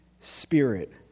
Spirit